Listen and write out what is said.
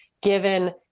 given